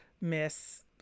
miss